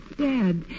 Dad